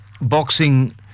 Boxing